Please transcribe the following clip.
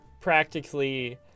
practically